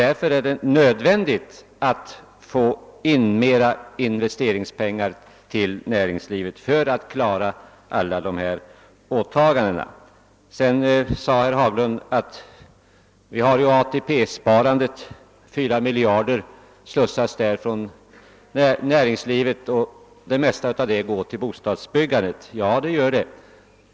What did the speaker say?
Men då är det också nödvändigt att vi får mera investeringspengar till näringslivet, ty annars kan vi inte klara alla åtaganden. Vidare sade herr Haglund att vi ju har de 4 miljarder som varje år inflyter i AP-fonderna från näringslivet och av vilka det mesta går till bostadsbyggandet. Ja, det gör det.